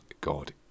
God